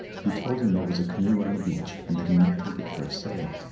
he told him there was a canoe on the beach and that he might take it for a sail.